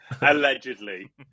Allegedly